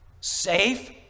Safe